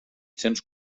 cents